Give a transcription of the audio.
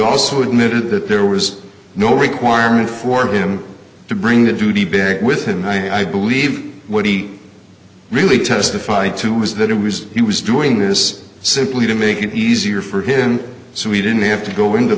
also admitted that there was no requirement for him to bring the duty big with him and i believe what he really testified to was that it was he was doing this simply to make it easier for him so we didn't have to go into